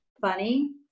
funny